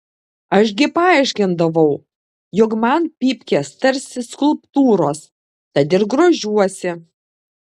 aš gi paaiškindavau jog man pypkės tarsi skulptūros tad ir grožiuosi